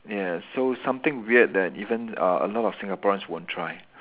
ya so something weird that even uh a lot of Singaporeans won't try